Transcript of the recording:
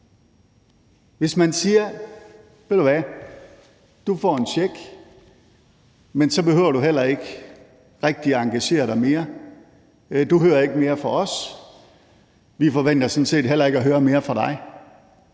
Hvis man siger: Ved du hvad, du får en check, men så behøver du heller ikke rigtig engagere dig mere. Du hører ikke mere fra os, vi forventer sådan set heller ikke at høre mere fra dig,